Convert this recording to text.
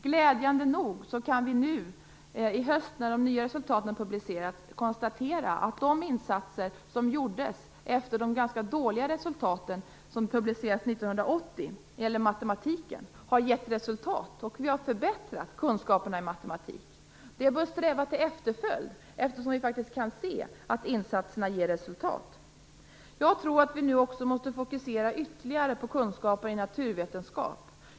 Glädjande nog kan vi nu i höst när de nya resultaten publicerats konstatera att de insatser som gjordes efter de ganska dåliga resultat som publicerades 1980 när det gäller matematiken har gett resultat. Vi har förbättrat kunskaperna i matematik. Det bör leda till efterföljd, eftersom vi kan se att insatserna ger resultat. Vi måste nu fokusera ytterligare på kunskaper i naturvetenskap.